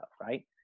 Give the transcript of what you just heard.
right